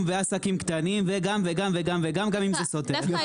ועסקים קטנים וגם וגם וגם גם אם זה סותר.